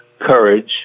courage